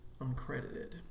uncredited